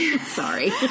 Sorry